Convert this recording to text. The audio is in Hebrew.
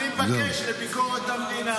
אני מבקש לביקורת המדינה.